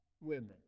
Women